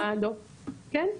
כן.